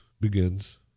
begins